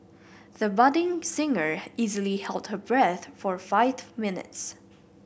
the budding singer easily held her breath for five minutes